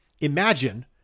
Imagine